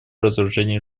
разоружению